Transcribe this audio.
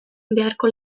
beharko